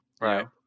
Right